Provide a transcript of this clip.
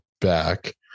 back